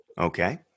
Okay